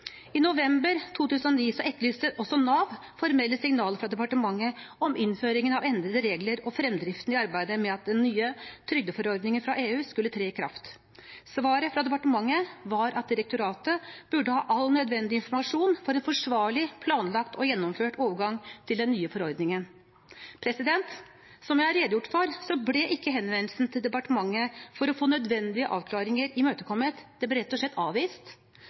arbeidet med at den nye trygdeforordningen fra EU skulle tre i kraft. Svaret fra departementet var at direktoratet burde ha all nødvendig informasjon for en forsvarlig, planlagt og gjennomført overgang til den nye forordningen. Som jeg har redegjort for, ble ikke henvendelsen til departementet for å få nødvendige avklaringer imøtekommet – det ble rett og slett avvist.